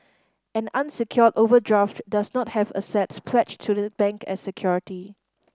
an unsecured overdraft does not have assets pledged to the bank as security